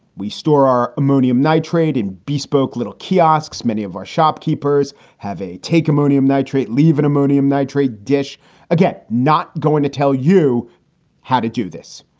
we store our ammonium nitrate and bespoke little kiosks. many of our shopkeepers have a take ammonium nitrate, leave an ammonium nitrate dish again. not going to tell you how to do this.